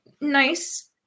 nice